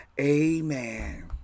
amen